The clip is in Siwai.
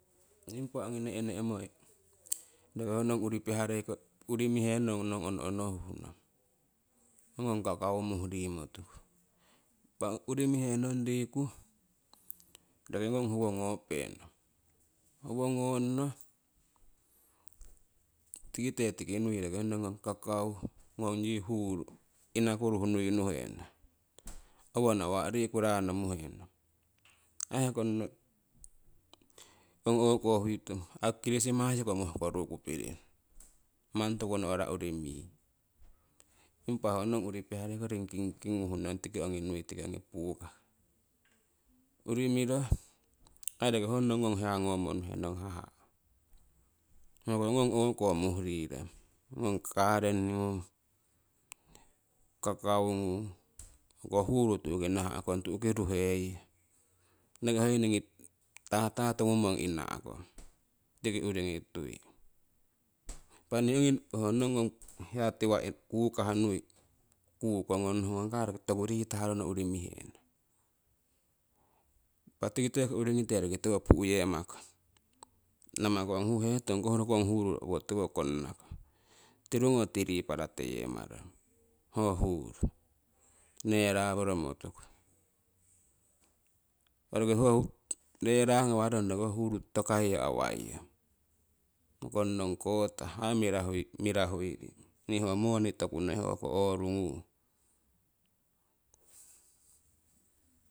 Impa ongi ne'ne'moi roki ho nong urii pihareiko urii mihenong nong ono ono huhnong, ho ngong kakau muuh rimotuku impa urii mihenong riku roki ngong howo ngopenong, howo ngongno tikite tiki nui roki honong ngong kakau ngong yii huuru inakuruh niunuhenong. Owo nawa' riku rano muhenong, aii ehkonno ong o'ko huitong ai kirismasiko mohkorukupiring mani toku no'ra urii mi. Impa ho nong urii piharei kingking nguhnong tiki ongi nui tiki ongii bukaki. Urii miro aii rokii ho nong ngong hiya ngomo nuhenong haha'. Hoko ngong o'ko muh rirong ngong kareni ngung, kakau ngung, hoko huruu tu'ki nahaiyong tu'ki ruheiyong roki hoii ningii tata tongumong ina'kong tiki uringii tui. Impa nii ongii ho nong ngong hiya tiwa' kukahnui kukonnong, nokonong kai toku riitah rono urii mihenong. Impa tikiteko uringiteko roki tiwo pu'yee makong namakong huhetong ong koh rokong huru owotiwo konnakong tirungo tiripara teyeemarong ho huru neraworomo tuku. orukii ho nerangawarong roki ho huru totokaiyo awaiyong, nokongnong kotah aii mirahuiring nii ho moni toku noi hoko ourugnung